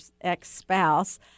ex-spouse